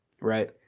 Right